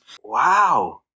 Wow